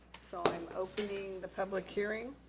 so i'm opening the public hearing.